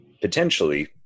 potentially